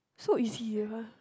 so easy eh